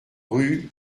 rue